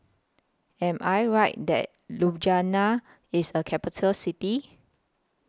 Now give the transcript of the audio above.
Am I Right that Ljubljana IS A Capital City